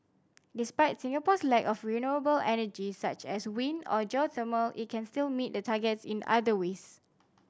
despite Singapore's lack of renewable energy such as wind or geothermal it can still meet the targets in other ways